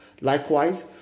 Likewise